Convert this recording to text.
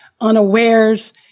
unawares